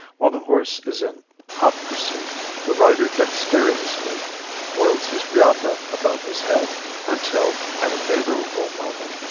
while the horse is in hot pursuit the rider dexterously whirls his reata above his head until, at a favorable moment,